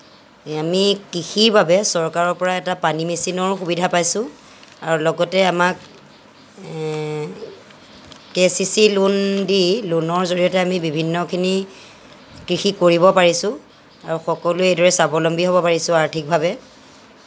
এই আমি কৃষিৰ বাবে চৰকাৰৰ পৰা এটা পানী মেচিনৰো সুবিধা পাইছোঁ আৰু লগতে আমাক কে চি চি লোন দি লোনৰ জৰিয়তে আমি বিভিন্নখিনি কৃষি কৰিব পাৰিছোঁ আৰু সকলোৱে এইদৰে স্বাৱলম্বী হ'ব পাৰিছোঁ আৰ্থিকভাৱে